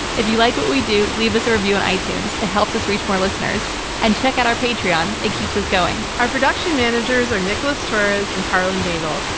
if you like what we do, leave us a review on itunes. it helps us reach more listeners and check out our patreon. it keeps us going. our production managers are nicholas torres and karlyn daigle.